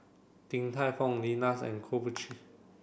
Din Tai Fung Lenas and Krombacher